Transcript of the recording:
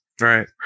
Right